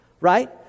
right